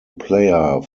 player